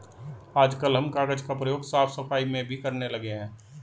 आजकल हम कागज का प्रयोग साफ सफाई में भी करने लगे हैं